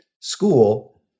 school